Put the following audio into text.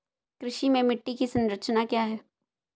कृषि में मिट्टी की संरचना क्या है?